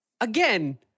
again